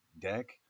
deck